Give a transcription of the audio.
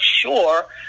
sure